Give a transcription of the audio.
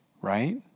right